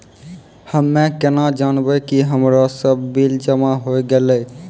हम्मे केना जानबै कि हमरो सब बिल जमा होय गैलै?